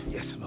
Yes